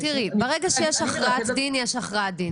תראי, ברגע שיש הכרעת דין, יש הכרעת דין.